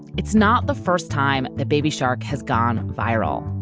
it's not the first time that baby shark has gone viral.